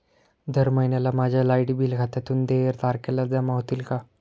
दर महिन्याला माझ्या लाइट बिल खात्यातून देय तारखेला जमा होतील का?